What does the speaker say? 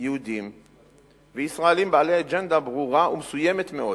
יהודים וישראלים, בעלי אג'נדה ברורה ומסוימת מאוד,